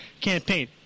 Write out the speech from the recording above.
campaign